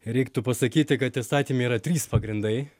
reiktų pasakyti kad įstatyme yra trys pagrindai